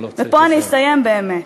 פה אני אסיים באמת.